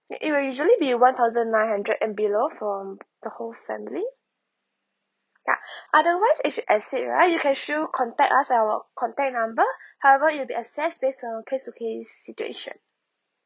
it'll usually be one thousand nine hundred and below for the whole family ya otherwise if you exceed right you can still contact us at our contact number however it'll be access based to case to case situation